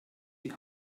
die